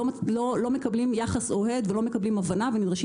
לא מקבלים יחס אוהד ולא מקבלים הבנה ונדרשים